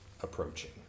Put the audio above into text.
approaching